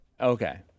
Okay